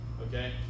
okay